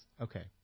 Okay